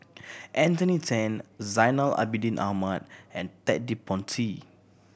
Anthony Then Zainal Abidin Ahmad and Ted De Ponti